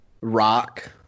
rock